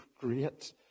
great